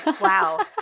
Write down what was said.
Wow